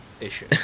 issue